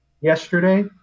yesterday